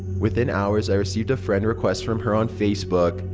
within hours i received a friend request from her on facebook.